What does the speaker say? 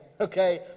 okay